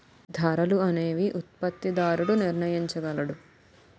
ధరలు అనేవి ఉత్పత్తిదారుడు నిర్ణయించగలడు